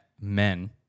men